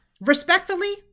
respectfully